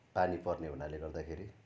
पानी पर्ने हुनाले गर्दाखेरि